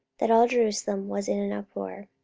that all jerusalem was in an uproar.